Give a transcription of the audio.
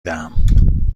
دهم